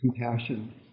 compassion